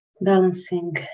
Balancing